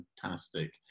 fantastic